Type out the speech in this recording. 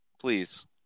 please